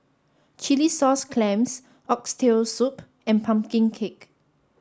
Chilli Sauce Clams Oxtail Soup and Pumpkin Cake